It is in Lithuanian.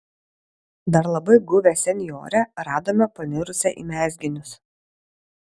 dar labai guvią senjorę radome panirusią į mezginius